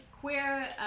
queer